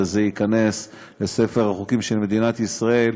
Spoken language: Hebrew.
וזה ייכנס לספר החוקים של מדינת ישראל,